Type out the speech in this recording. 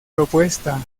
propuesta